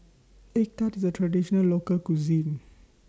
Egg Tart IS A Traditional Local Cuisine